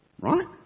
right